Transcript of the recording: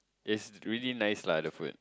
it's really nice lah the food